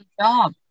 job